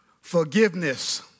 forgiveness